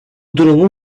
durumun